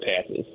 passes